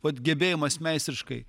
vat gebėjimas meistriškai